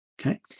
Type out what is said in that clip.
Okay